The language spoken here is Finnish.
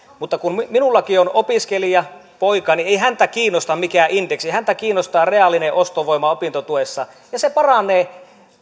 mutta kun minullakin on opiskelijapoika niin ei häntä kiinnosta mikään indeksi häntä kiinnostaa reaalinen ostovoima opintotuessa ja se paranee